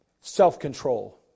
self-control